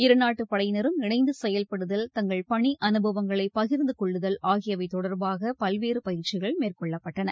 இருநாட்டு படையினரும் இணைந்து செயல்படுதல் தங்கள் பணி அனுபவங்களை பகிர்ந்தகொள்ளுதல் ஆகியவை தொடர்பாக பல்வேறு பயிற்சிகள் மேற்கொள்ளப்பட்டன